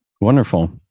Wonderful